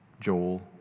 Joel